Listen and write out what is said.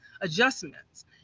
adjustments